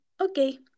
Okay